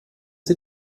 sie